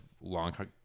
long